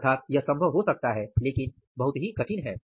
अर्थात यह संभव हो सकता है लेकिन बहुत ही मुश्किल है